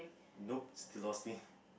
nope still lost me